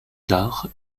tard